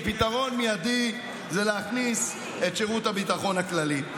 ופתרון מיידי זה להכניס את שירות הביטחון הכללי.